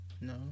No